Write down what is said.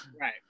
Right